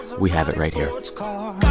we have it right here. sports car.